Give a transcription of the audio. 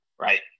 right